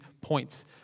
points